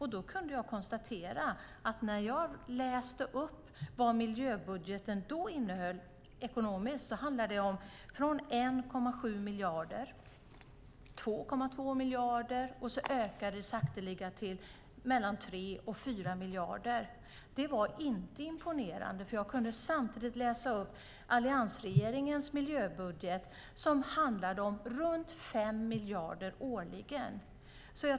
Jag kunde konstatera när jag läste upp vad miljöbudgeten innehöll ekonomiskt att det då handlade från 1,7 miljarder, 2,2 miljarder, och att det sakteliga ökade till 3-4 miljarder. Det var inte imponerande. Jag kunde samtidigt läsa upp alliansregeringens miljöbudget. Det handlade om runt 5 miljarder årligen.